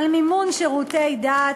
על מימון שירותי דת,